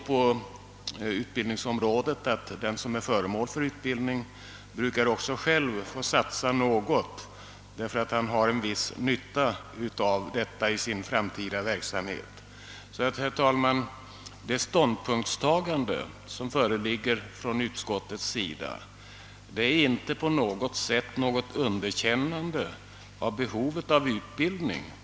På utbildningsområdet brukar ju också den som är föremål för utbildning själv få satsa något, eftersom han har en viss nytta av utbildningen i sin framtida verksamhet. Herr talman! Utskottets ståndpunktstagande betyder således inte på något sätt ett underkännande av behovet av utbildning.